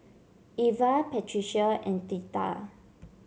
Iva Patricia and Theta